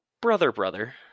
Brother-brother